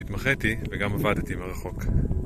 התמחיתי וגם עבדתי מרחוק.